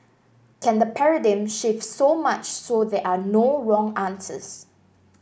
can the paradigm shift so much so there are no wrong answers